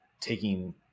taking